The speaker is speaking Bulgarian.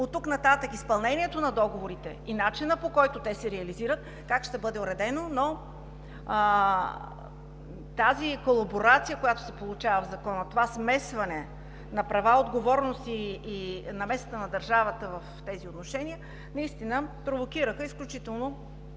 оттук нататък изпълнението на договорите и начинът, по който те се реализират? Тази колаборация, която се получава в Закона, това смесване на права, отговорности и намесата на държавата в тези отношения, наистина провокираха изключително